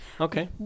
okay